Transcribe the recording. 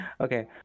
Okay